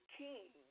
king